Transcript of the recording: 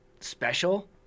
Special